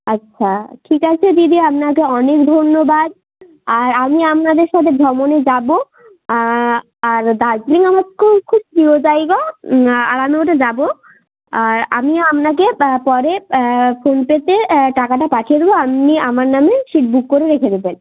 আচ্ছা ঠিক আছে দিদি আপনাকে অনেক ধন্যবাদ আর আমি আপনাদের সাথে ভ্রমণে যাবো আর দার্জিলিং আমার খুব খুব প্রিয় জায়গা আর আমি ওটা যাবো আর আমি আপনাকে পরে ফোনপেতে টাকাটা পাঠিয়ে দেবো আপনি আমার নামে সিট বুক করে রেখে দেবেন